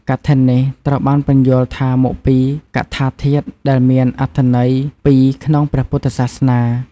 កឋិននេះត្រូវបានពន្យល់ថាមកពី កថាធាតុដែលមានអត្ថន័យពីរក្នុងព្រះពុទ្ធសាសនា។